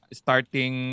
starting